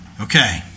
Okay